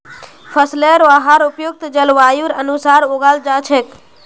फसलेर वहार उपयुक्त जलवायुर अनुसार उगाल जा छेक